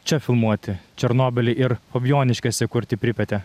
čia filmuoti černobylį ir fabijoniškėse kurti pripetę